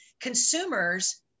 consumers